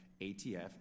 ATF